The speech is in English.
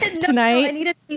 tonight